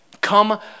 Come